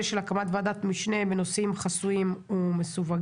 של הקמת ועדת משנה בנושאים חסויים ומסווגים.